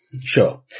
Sure